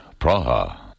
Praha